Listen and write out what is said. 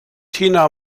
tina